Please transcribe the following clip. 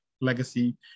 legacy